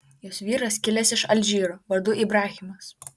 jos vyras kilęs iš alžyro vardu ibrahimas